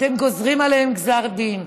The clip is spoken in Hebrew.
אתם גוזרים עליהם גזר דין.